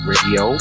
Radio